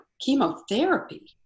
chemotherapy